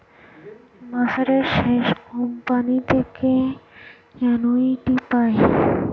বছরের শেষে কোম্পানি থেকে অ্যানুইটি পায়